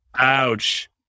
Ouch